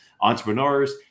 Entrepreneurs